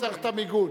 הוא צריך את המיגון.